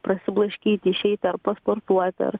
prasiblaškyti išeiti ar pasportuoti ar